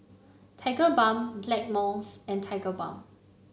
Tigerbalm Blackmores and Tigerbalm